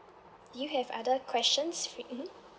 do you have other questions mmhmm